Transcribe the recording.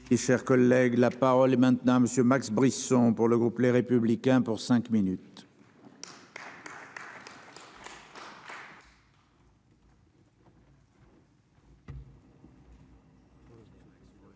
Cher collègue, la parole est maintenant monsieur Max Brisson. Pour le groupe Les Républicains pour cinq minutes.